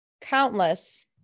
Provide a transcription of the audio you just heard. countless